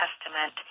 Testament